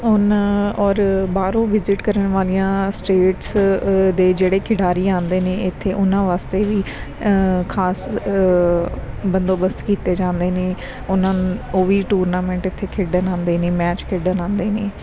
ਹੁਣ ਔਰ ਬਾਹਰੋਂ ਵਿਜਿਟ ਕਰਨ ਵਾਲੀਆਂ ਸਟੇਟਸ ਦੇ ਜਿਹੜੇ ਖਿਡਾਰੀ ਆਉਂਦੇ ਨੇ ਇੱਥੇ ਉਹਨਾਂ ਵਾਸਤੇ ਵੀ ਖਾਸ ਬੰਦੋਬਸਤ ਕੀਤੇ ਜਾਂਦੇ ਨੇ ਉਹਨਾਂ ਨੂੰ ਉਹ ਵੀ ਟੂਰਨਾਮੈਂਟ ਇੱਥੇ ਖੇਡਣ ਆਉਂਦੇ ਨੇ ਮੈਚ ਖੇਡਣ ਆਉਂਦੇ ਨੇ